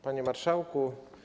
Panie Marszałku!